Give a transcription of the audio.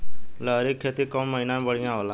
लहरी के खेती कौन महीना में बढ़िया होला?